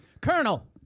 Colonel